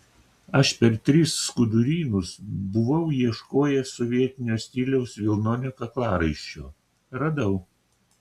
aš per tris skudurynus buvau ieškojęs sovietinio stiliaus vilnonio kaklaraiščio radau